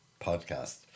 podcast